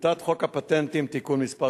הצעת חוק הפטנטים (תיקון מס'